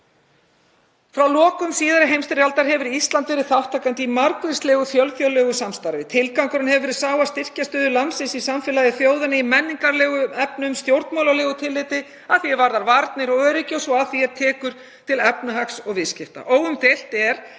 Frá lokum síðari heimsstyrjaldar hefur Ísland verið þátttakandi í margvíslegu fjölþjóðlegu samstarfi. Tilgangurinn hefur verið sá að styrkja stöðu landsins í samfélagi þjóðanna í menningarlegum efnum, stjórnmálalegu tilliti, að því er varðar varnir og öryggi og svo að því er tekur til efnahags og viðskipta. Óumdeilt er